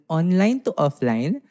online-to-offline